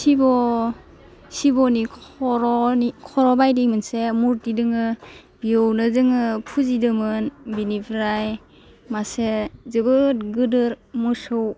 शिव' शिव'नि खर'नि खर'बायदि मोनसे मुरटि दोङो बेयावनो जोङो फुजिदोमोन बिनिफ्राइ मासे जोबोर गोदोर मोसौ